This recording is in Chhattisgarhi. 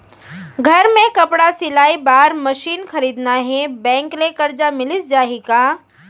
घर मे कपड़ा सिलाई बार मशीन खरीदना हे बैंक ले करजा मिलिस जाही का?